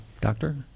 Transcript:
Doctor